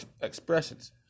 Expressions